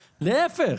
להפך,